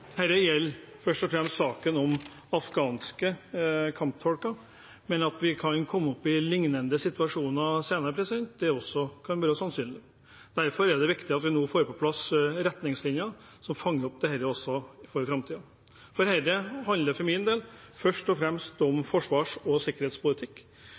gjelder først og fremst saken om afghanske kamptolker, men at vi kan komme opp i lignende situasjoner senere, kan være sannsynlig. Derfor er det viktig at vi nå får på plass retningslinjer som fanger opp dette også for framtiden. For min del handler dette først og fremst om forsvars- og sikkerhetspolitikk,